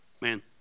man